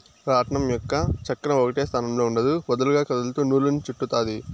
రాట్నం యొక్క చక్రం ఒకటే స్థానంలో ఉండదు, వదులుగా కదులుతూ నూలును చుట్టుతాది